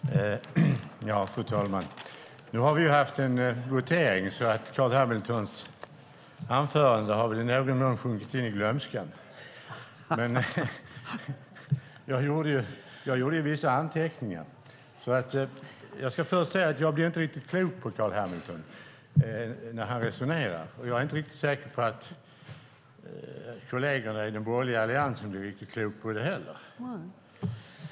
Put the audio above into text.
Fru talman! Nu har vi haft en votering så Carl B Hamiltons anförande har väl i någon mån sjunkit i glömska, men jag gjorde vissa anteckningar. Jag ska först säga att jag inte blir riktigt klok på hur Carl B Hamilton resonerar, och jag är inte heller riktigt säker på att kollegerna i den borgerliga Alliansen blev riktigt kloka på det heller.